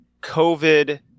COVID